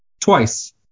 twice